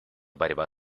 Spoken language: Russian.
борьба